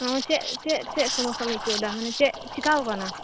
ᱪᱮᱫ ᱪᱮᱫ ᱥᱚᱢᱚᱥᱟᱢ ᱟᱹᱭᱠᱟᱹᱣ ᱮᱫᱟ ᱢᱟᱱᱮ ᱪᱮᱠᱟᱣ ᱟᱠᱟᱱᱟ